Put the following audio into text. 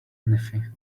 nifty